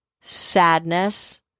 sadness